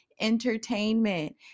Entertainment